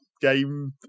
game